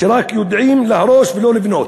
שרק יודעים להרוס ולא לבנות.